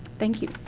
thank you.